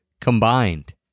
combined